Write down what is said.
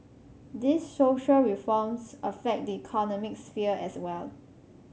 these social reforms affect the economic sphere as well